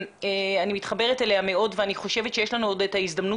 עכשיו ואני מאוד מתחברת לזה ואני חושבת שיש לנו את ההזדמנות